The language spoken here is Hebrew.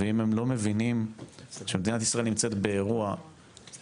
ואם הם לא מבינים שמדינת ישראל נמצאת באירוע ובמכלול